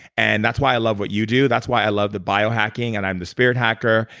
and that's why i love what you do. that's why i love the biohacking and i'm the spirit hacker.